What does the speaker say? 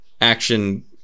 action